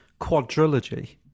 quadrilogy